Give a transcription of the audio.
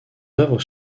œuvres